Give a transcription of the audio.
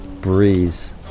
breeze